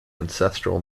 ancestral